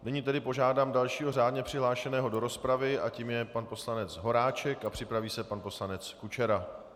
Nyní tedy požádám dalšího řádně přihlášeného do rozpravy a tím je pan poslanec Horáček a připraví se pan poslanec Kučera.